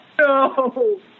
No